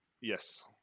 Yes